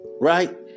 right